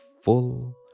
full